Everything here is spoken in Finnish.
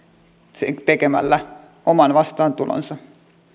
tekemällä oman vastaantulonsa